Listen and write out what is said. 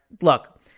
look